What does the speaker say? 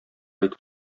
итеп